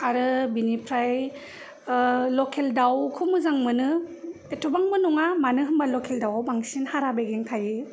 आरो बिनिफ्राय लकेल दाउखौ मोजां मोनो एथबांबो नङा मानोहोनोबा लकेल दाउवाव बांसिन हारा बेगें थायो